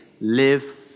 live